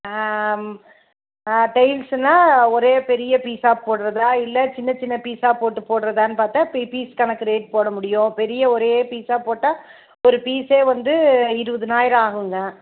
டெயில்ஸுனால் ஒரே பெரிய பீஸாக போடுறதா இல்லை சின்ன சின்ன பீஸாக போட்டு போடுறதான் பார்த்தா பீ பீஸ் கணக்கு ரேட் போட்டா முடியும் பெரிய ஒரே பீஸாக போட்டால் ஒரு பீஸே வந்து இருபதனாயிரம் ஆகுமெங்க